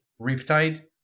Riptide